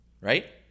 Right